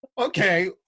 Okay